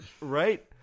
Right